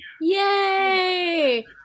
Yay